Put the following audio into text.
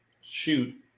shoot